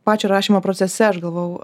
pačio rašymo procese aš galvojau